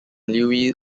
luis